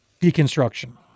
deconstruction